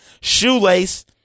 Shoelace